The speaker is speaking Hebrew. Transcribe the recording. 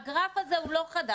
הגרף הזה הוא לא חדש.